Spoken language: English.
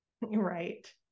right